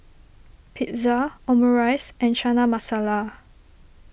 Pizza Omurice and Chana Masala